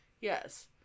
Yes